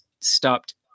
stopped